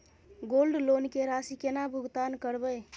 Gold loan के राशि केना भुगतान करबै?